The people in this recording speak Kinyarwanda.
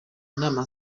inama